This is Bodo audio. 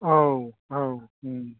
औ औ